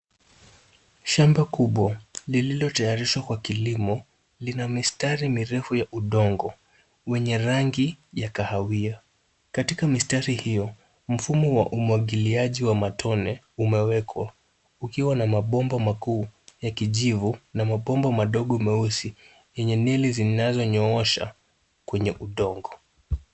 Shamba kubwa lililotayarishwa kwa kilimo, lina mistari mirefu ya udongo wenye rangi ya kahawia. Katika mistari hiyo, mfumo wa umwagiliaji wa matone umewekwa, ukiwa na mabomba makuu ya kijivu na mabomba madogo meusi, yenye nili zinazonyoosha kwenye udongo.